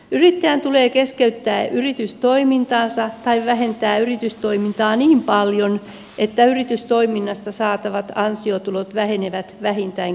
yrittäjän tulee keskeyttää yritystoimintansa tai vähentää yritystoimintaa niin paljon että yritystoiminnasta saatavat ansiotulot vähenevät vähintään kolmanneksella